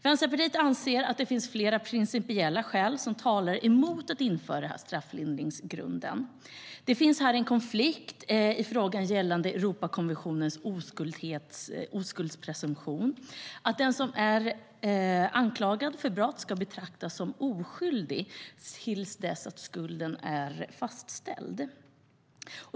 Vänsterpartiet anser att det finns flera principiella skäl som talar emot att införa strafflindringsgrunden. Det finns här en konflikt gällande Europakonventionens oskuldspresumtion, det vill säga att den som anklagas för ett brott ska betraktas som oskyldig till dess att skulden är fastställd.